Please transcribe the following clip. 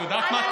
את יודעת מה?